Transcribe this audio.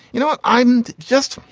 you know ah i'm and just.